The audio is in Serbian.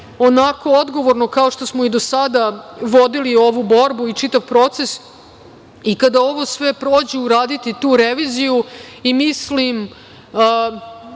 onako odgovorno, kao što smo i do sada vodili ovu borbu i čitav proces i kada ovo sve prođe, uraditi tu reviziju i mislim